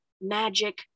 magic